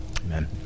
amen